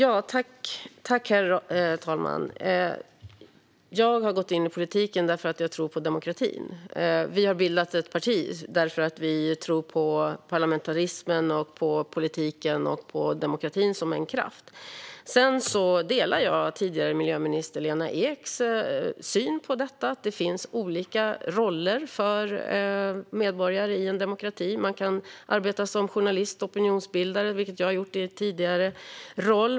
Herr talman! Jag har gått in i politiken för att jag tror på demokratin. Vi har bildat ett parti för att vi tror på parlamentarism, politik och demokrati som en kraft. Jag delar tidigare miljöminister Lena Eks syn på att det finns olika roller för medborgare i en demokrati. Man kan arbeta som journalist och opinionsbildare, vilket jag har gjort tidigare.